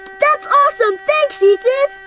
that's awesome. thanks ethan.